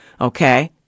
Okay